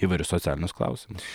įvairius socialinius klausimus